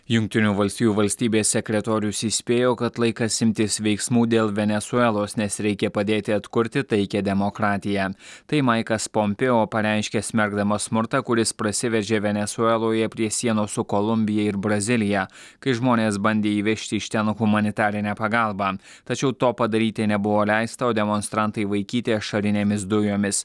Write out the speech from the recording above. jungtinių valstijų valstybės sekretorius įspėjo kad laikas imtis veiksmų dėl venesuelos nes reikia padėti atkurti taikią demokratiją tai maikas pompėo pareiškė smerkdamas smurtą kuris prasiveržė venesueloje prie sienos su kolumbija ir brazilija kai žmonės bandė įvežti iš ten humanitarinę pagalbą tačiau to padaryti nebuvo leista o demonstrantai vaikyti ašarinėmis dujomis